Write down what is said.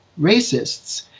racists